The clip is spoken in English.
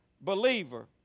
believer